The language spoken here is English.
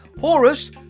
Horus